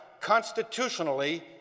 constitutionally